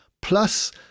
Plus